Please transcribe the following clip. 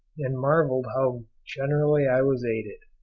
and marvelled how generally i was aided.